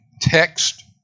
text